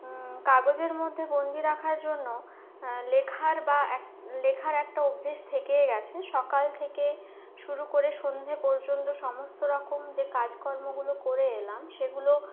কাগজের মধ্যে বন্দী রাখার জন্য লেখার বা লেখার একটা অভ্যেস থেকে গেছে সকাল থেকে শুরু করে সন্ধ্যে পর্যন্ত সমস্ত রকম যে কাজকর্মগুলো করে এলাম সেগুলো